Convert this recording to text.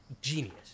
genius